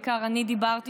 בעיקר אני דיברתי,